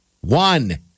One